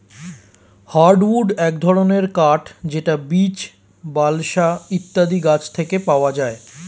hardwood এক ধরনের কাঠ যেটা বীচ, বালসা ইত্যাদি গাছ থেকে পাওয়া যায়